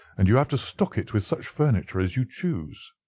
and you have to stock it with such furniture as you choose.